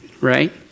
right